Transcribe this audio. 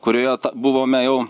kurioje buvome jau